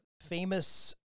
famous